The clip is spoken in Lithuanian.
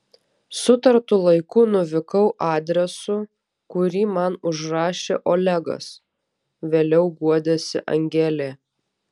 sutartu laiku nuvykau adresu kurį man užrašė olegas vėliau guodėsi angelė